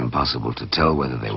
impossible to tell whether they